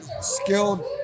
skilled